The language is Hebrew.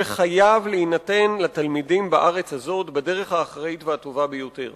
שחייב להינתן לתלמידים בארץ הזאת בדרך האחראית והטובה ביותר.